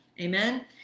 amen